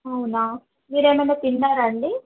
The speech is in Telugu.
అవునా మీరు ఏమైనా తిన్నారా అండి